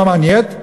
הוא אמר "נייט",